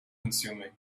consuming